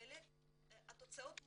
התוצאות מדהימות.